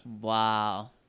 Wow